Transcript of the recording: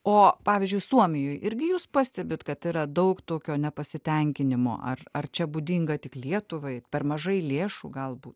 o pavyzdžiui suomijoj irgi jūs pastebit kad yra daug tokio nepasitenkinimo ar ar čia būdinga tik lietuvai per mažai lėšų galbūt